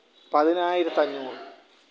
പതിനായിരത്തി അഞ്ഞൂറ്